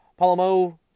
Palomo